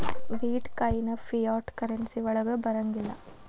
ಬಿಟ್ coin fiat currency ವಳಗ್ ಬರಂಗಿಲ್ಲಾ